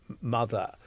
mother